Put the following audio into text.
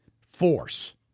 force